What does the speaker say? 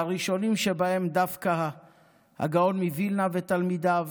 והראשונים שבהם דווקא הגאון מווילנה ותלמידיו,